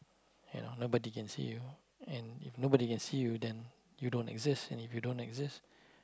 you know nobody can see you and if nobody can see you then you don't exist and if you don't exist